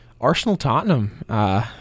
Arsenal-Tottenham